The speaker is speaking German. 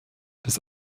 des